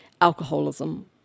Alcoholism